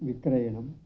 विक्रयणं